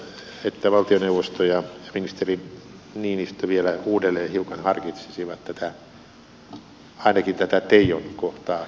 toivoisin että valtioneuvosto ja ministeri niinistö vielä uudelleen hiukan harkitsisivat ainakin tätä teijon kohtaa metsästyksen suhteen